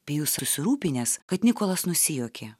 pijus susirūpinęs kad nikolas nusijuokė